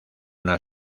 una